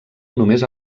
només